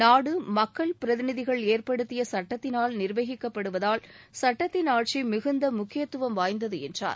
நாடு மக்கள் பிரதிநிதிகள் ஏற்படுத்திய சட்டத்தினால் நிர்வகிக்கப்படுவதால் சுட்டத்தின் ஆட்சி மிகுந்த முக்கியத்துவம் வாய்ந்தது என்றார்